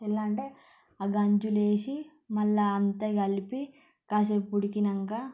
ఎలా అంటే ఆ గంచులేసి మళ్ళా అంత కలిపి కాసేపు ఉడికినాక